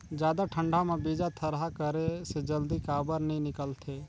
जादा ठंडा म बीजा थरहा करे से जल्दी काबर नी निकलथे?